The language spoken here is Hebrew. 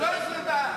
לא היו מצביעים בעד.